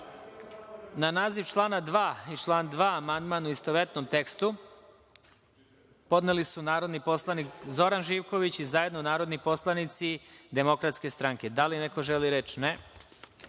naziv člana 2. i član 2. amandman, u istovetnom tekstu, podneli su narodni poslanik Zoran Živković i zajedno narodni poslanici DS.Da li neko želi reč?